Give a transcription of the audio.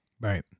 Right